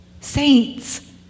Saints